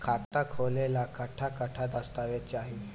खाता खोले ला कट्ठा कट्ठा दस्तावेज चाहीं?